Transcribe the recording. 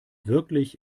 wirklich